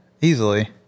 Easily